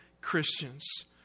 Christians